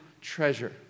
treasure